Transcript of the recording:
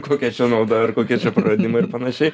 kokia čia nauda ir kokie čia praradimai ir panašiai